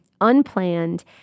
unplanned